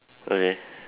okay